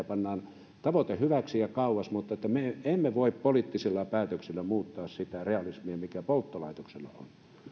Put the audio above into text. pannaan tavoite hyväksi ja kauas mutta me emme voi poliittisilla päätöksillä muuttaa sitä realismia mikä polttolaitoksilla